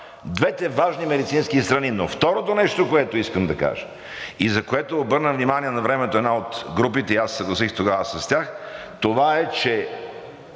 двете важни медицински страни. Но второто нещо, което искам да кажа и за което обърна внимание навремето една от групите, и аз се съгласих тогава с тях – това е, че